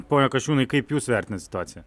pone kasčiūnai jūs vertinat situaciją